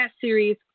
series